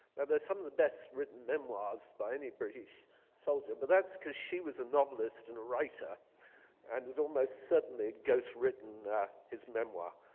they're some of the best written memoirs by any british soldier. but that's because she was a novelist and a writer and it almost certainly a ghost written his memoir.